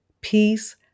peace